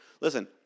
listen